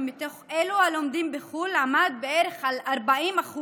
מתוך אלו הלומדים בחו"ל עמד בערך על 40%,